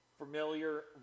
familiar